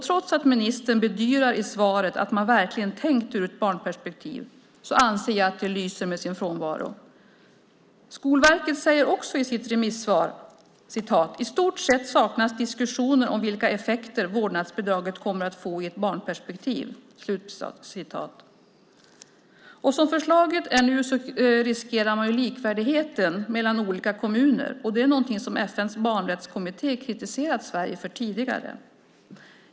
Trots att ministern i svaret bedyrar att man verkligen tänkt ur ett barnperspektiv anser jag att det lyser med sin frånvaro. Också Skolverket säger i sitt remissvar att "till stor del saknas diskussioner om vilka effekter vårdnadsbidraget får i ett barnperspektiv". Som förslaget nu är utformat riskerar man likvärdigheten mellan olika kommuner. Det är något som FN:s barnrättskommitté tidigare kritiserat Sverige för.